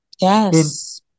yes